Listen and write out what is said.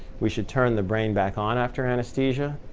we should turn the brain back on after anesthesia.